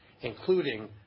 including